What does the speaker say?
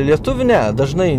lietuvių ne dažnai